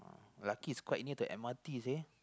lucky is quite near to M_R_T seh